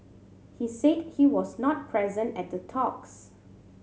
he said he was not present at the talks